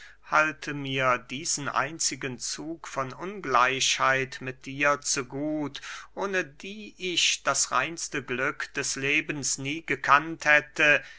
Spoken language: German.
halte mir diesen einzigen zug von ungleichheit mit dir zu gut ohne die ich das reinste glück des lebens nie gekannt hätte